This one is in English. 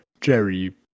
Jerry